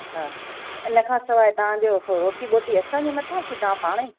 अच्छा इन खां सवाइ तव्हां जो को रोटी वोटी असांजे मथां कि तव्हां पाण ई